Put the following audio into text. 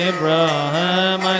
Abraham